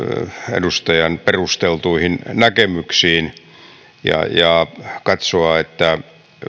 edustajan perusteltuihin näkemyksiin ja katsoa että